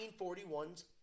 1941's